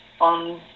on